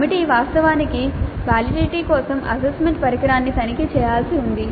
committee వాస్తవానికి validity కోసం assessment పరికరాన్ని తనిఖీ చేయాల్సి ఉంది